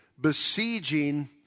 besieging